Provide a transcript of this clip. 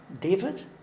David